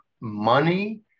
money